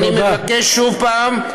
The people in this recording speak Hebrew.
אני מבקש שוב פעם,